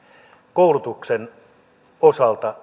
koulutuksen osalta